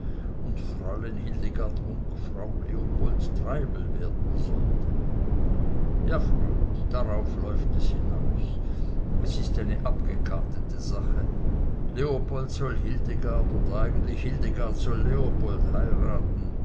und fräulein hildegard munk frau leopold treibel werden wollte ja freund darauf läuft es hinaus es ist eine abgekartete sache leopold soll hildegard oder eigentlich hildegard soll leopold heiraten